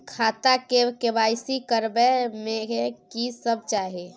खाता के के.वाई.सी करबै में की सब चाही?